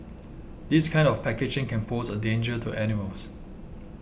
this kind of packaging can pose a danger to animals